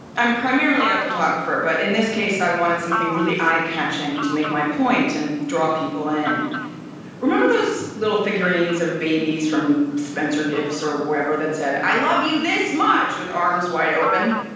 i'm primarily a photographer, but in this case, i wanted something really eye-catching to make my point and draw people in remember those little figurines of babies from spencer gifts or wherever that said, i love you this much, with arms open